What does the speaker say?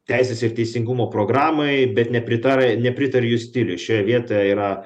teisės ir teisingumo programai bet nepritarė nepritariu jų stiliui šioje vietoje yra